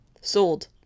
Sold